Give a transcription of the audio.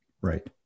Right